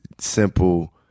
simple